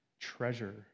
treasure